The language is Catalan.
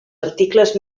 articles